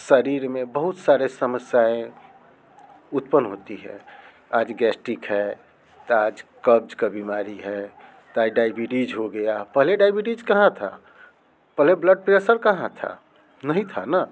शरीर में बहुत सारी समस्याएं उत्पन्न होती है आज गैसटीक है तो आज कब्ज़ की बीमारी है तो ये डाईबिटिज हो गया पहले डाईबिटिज कहाँ था पहले ब्लड प्रेसर कहाँ था नहीं था ना